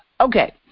Okay